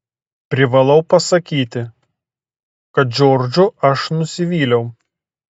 privalau pasakyti kad džordžu aš nusivyliau